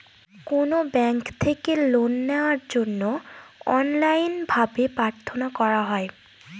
কোনো ব্যাঙ্ক থেকে লোন নেওয়ার জন্য অনলাইনে ভাবে প্রার্থনা করা হয়